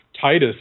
Titus